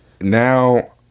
now